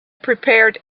prepared